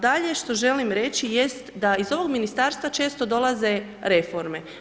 Dalje, što želim reći jest da iz ovog ministarstva često dolaze reforme.